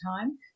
time